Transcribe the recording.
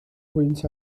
pwynt